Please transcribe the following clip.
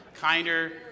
Kinder